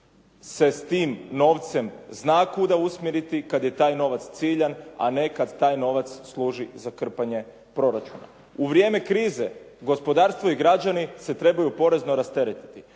se s tim novcem zna kuda usmjeriti, kad je taj novac ciljan, a ne kad taj novac služi za krpanje proračuna. U vrijeme krize gospodarstvo i građani se trebaju porezno rasteretiti.